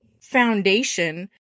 foundation